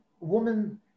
woman